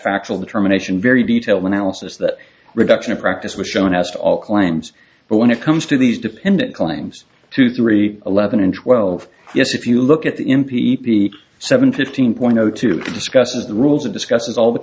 factual determination very detailed analysis that reduction of practice was shown as to all claims but when it comes to these dependent claims to three eleven and twelve yes if you look at the m p e p seven fifteen point zero two discusses the rules it discusses all the